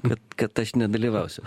kad kad aš nedalyvausiu